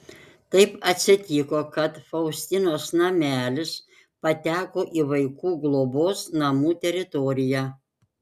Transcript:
kaip atsitiko kad faustinos namelis pateko į vaikų globos namų teritoriją